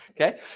Okay